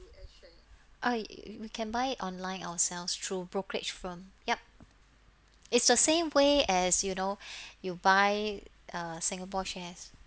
I we we can buy it online ourselves through brokerage firm yup it's the same way as you know you buy uh singapore shares